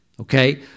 Okay